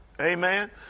Amen